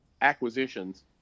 acquisitions